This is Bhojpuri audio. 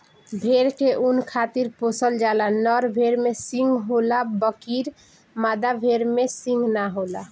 भेड़ के ऊँन खातिर पोसल जाला, नर भेड़ में सींग होला बकीर मादा भेड़ में सींग ना होला